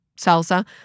salsa